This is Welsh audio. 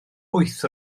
wyth